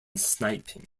sniping